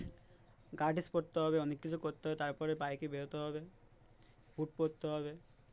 guard পরতে হবে অনেক কিছু করতে হবে তারপরে বাইকে বেরোতে হবে হুড পরতে হবে